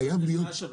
חבר הכנסת אשר,